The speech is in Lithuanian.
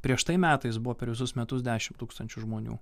prieš tai metais buvo per visus metus dešimt tūkstančių žmonių